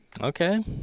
Okay